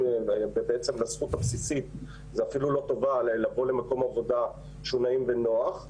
ובעצם על הזכות הבסיסית לבוא למקום עבודה שהוא נעים ונוח.